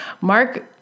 Mark